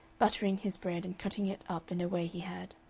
buttering his bread and cutting it up in a way he had.